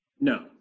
no